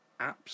apps